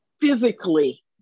physically